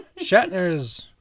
shatner's